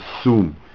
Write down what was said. assume